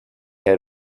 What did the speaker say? had